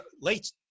late